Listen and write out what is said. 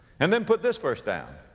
and then put this verse down,